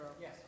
Yes